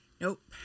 Nope